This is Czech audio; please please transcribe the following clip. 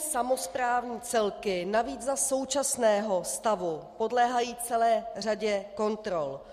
Územně samosprávní celky navíc za současného stavu podléhají celé řadě kontrol.